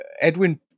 Edwin